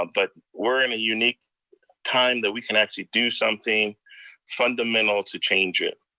um but we're in a unique time that we can actually do something fundamental to change it.